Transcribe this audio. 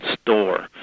store